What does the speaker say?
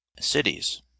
Cities